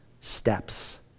steps